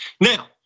Now